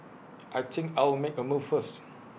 I think I'll make A move first